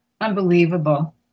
Unbelievable